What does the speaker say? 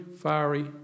fiery